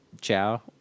ciao